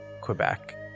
Quebec